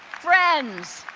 friends,